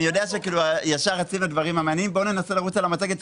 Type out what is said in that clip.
אני יודע שישר רצים לדברים המעניינים; בואו ננסה לרוץ על המצגת,